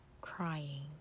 Crying